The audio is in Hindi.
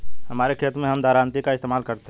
हमारे खेत मैं हम दरांती का इस्तेमाल करते हैं